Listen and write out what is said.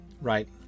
right